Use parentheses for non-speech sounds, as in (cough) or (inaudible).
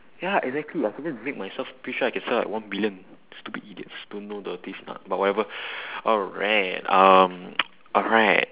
ya exactly I could just make myself pretty sure I can sell like one billion stupid idiots don't know their taste lah but whatever (breath) alright um (noise) alright